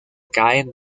caen